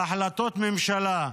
בהחלטות ממשלה,